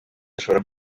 ashobora